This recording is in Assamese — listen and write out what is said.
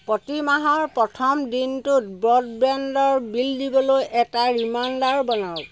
প্ৰতি মাহৰ প্ৰথম দিনটোত ব্ৰড বেণ্ডৰ বিল দিবলৈ এটা ৰিমাইণ্ডাৰ বনাওক